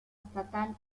estatal